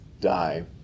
die